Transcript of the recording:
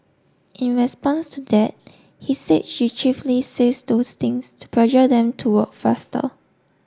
in response to that he said she chiefly says those things to pressure them to work faster